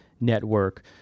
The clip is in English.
Network